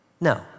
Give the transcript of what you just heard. No